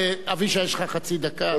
אבישי, יש לך חצי דקה.